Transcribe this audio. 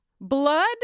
Blood